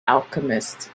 alchemist